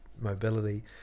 mobility